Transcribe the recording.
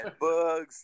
Bugs